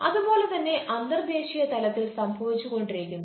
അതുപോലെ തന്നെ അന്തർദ്ദേശീയ തലത്തിൽ സംഭവിച്ചുകൊണ്ടിരിക്കുന്നു